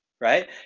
right